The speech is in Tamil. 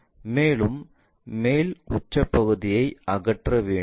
மேலும் மேல் உச்ச பகுதியை அகற்ற வேண்டும்